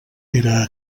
era